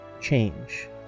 change